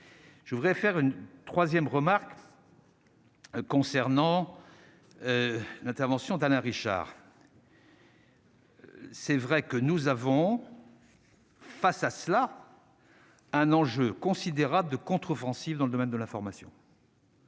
Je voudrais faire une 3ème remarque concernant l'intervention d'Alain Richard. C'est vrai que nous avons face à cela, un enjeu considérable de contre-offensive dans le domaine de la formation.